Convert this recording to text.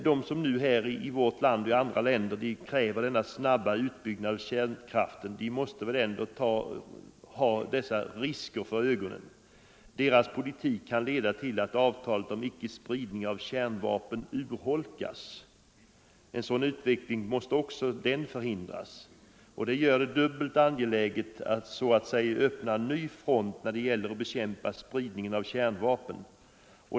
De i vårt land och andra länder som kräver en snabb utbyggnad av kärnkraften måste ha dessa risker för ögonen. Deras politik kan leda till att avtalet om icke-spridning av kärnvapen urholkas. En sådan utveckling måste också den förhindras. Det gör det dubbelt angeläget att, så att säga, öppna en ny front när det gäller att bekämpa spridningen av kärnvapnen.